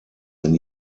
wenn